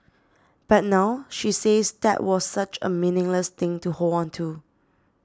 but now she says that was such a meaningless thing to hold on to